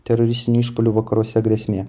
teroristinių išpuolių vakaruose grėsmė